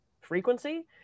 frequency